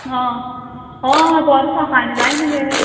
ह हय परां सकाणीं जाय मगे